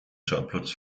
schauplatz